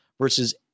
versus